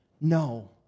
No